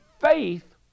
faith